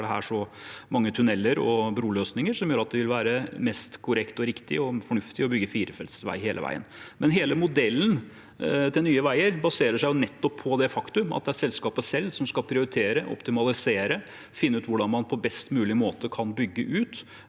det her så mange tunneler og broløsninger som gjør at det vil være mest korrekt og riktig og fornuftig å bygge firefelts vei hele veien. Hele modellen til Nye veier baserer seg på det faktum at det er selskapet selv som skal prioritere, optimalisere og finne ut hvordan man på best mulig måte kan bygge ut,